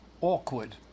awkward